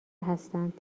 هستند